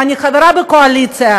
ואני חברה בקואליציה,